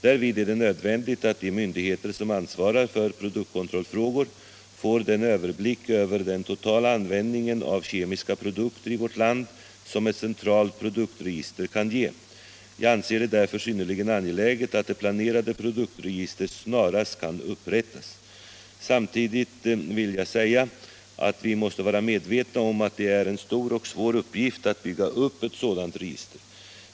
Därvid är det nödvändigt att de myndigheter som ansvarar för produktkontrollfrågor får den överblick över den totala användningen av kemiska produkter i vårt land som ett centralt produktregister kan ge. Jag anser det därför synnerligen angeläget att det planerade produktregistret snarast kan upprättas. Samtidigt vill jag säga att vi måste vara medvetna om att det är en stor och svår uppgift att bygga upp ett sådant register.